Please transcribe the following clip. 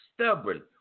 stubborn